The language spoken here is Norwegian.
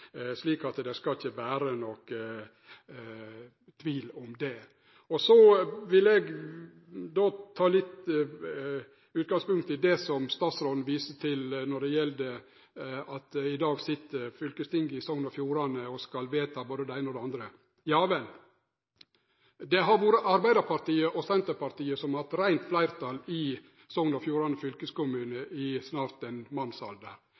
slik at det skal ikkje vere nokon tvil om det. Så vil eg ta litt utgangspunkt i det som statsråden viste til når det gjeld at i dag sit fylkestinget i Sogn og Fjordane og skal vedta både det eine og det andre. Ja vel. Det har vore Arbeidarpartiet og Senterpartiet som har hatt reint fleirtal i Sogn og Fjordane fylkeskommune i snart ein